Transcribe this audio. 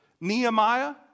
Nehemiah